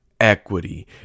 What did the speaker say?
equity